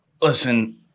listen